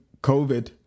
COVID